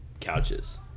couches